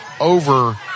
over